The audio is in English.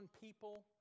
people